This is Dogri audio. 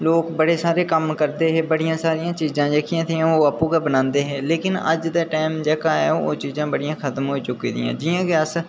लोक बड़े सारे कम्म करदे हे बड़ियां सारियां जेह्कियां चीज़ां हियां ओह् आपूं गै बनांदे हे लेकिन अज्ज दा टाईम जेह्का ऐ ओह् चीज़ां बड़ियां खत्म होई चुक्की दियां न जि'यां कि अस